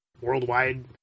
worldwide